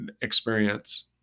experience